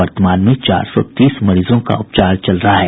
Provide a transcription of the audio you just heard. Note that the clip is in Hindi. वर्तमान में चार सौ तीस मरीजों का उपचार चल रहा है